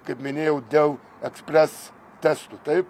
kaip minėjau dėl ekspres testų taip